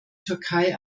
türkei